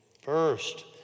First